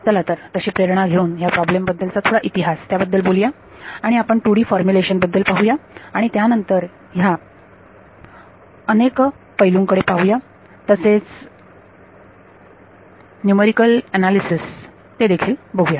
चला तर तशी प्रेरणा घेऊन ह्या प्रॉब्लेम बद्दलचा थोडा इतिहास त्याबद्दल बोलूया आणि आपण 2D फॉर्मुलेशन बद्दल पाहूया आणि त्यानंतर ह्या अनेक पैलू कडे पाहूया तसेच न्यूमरिकल अनालिसेस देखील पाहूया